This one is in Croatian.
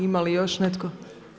Ima li još netko?